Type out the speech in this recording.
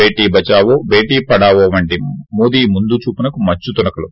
భేటీ బచావ్ భేటీ పడావ్ వంటివి మోది ముందు చూపునకు మచ్చుతునకలు